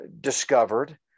discovered